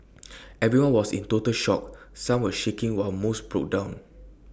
everyone was in total shock some were shaking while most broke down